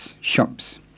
Shops